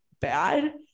bad